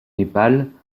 népal